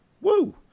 Woo